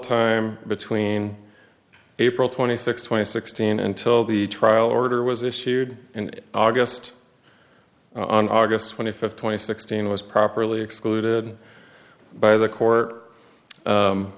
time between april twenty sixth twenty sixteen until the trial order was issued in august on august twenty fifth twenty sixteen was properly excluded by the court